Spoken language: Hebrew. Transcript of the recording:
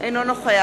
אינו משתתף בהצבעה